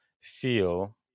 feel